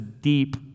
deep